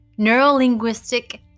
neuro-linguistic